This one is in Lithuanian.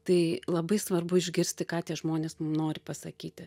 tai labai svarbu išgirsti ką tie žmonės nori pasakyti